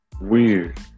weird